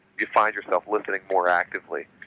you find yourself listening more actively.